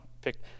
pick